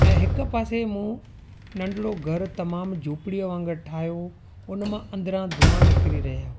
ऐं हिकु पासे मूं नंढिड़ो घरु तमामु झोपड़ी वागुंरु ठाहियो उनमां अंदरां धुंआ निकिरी रहिया हुआ